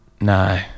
No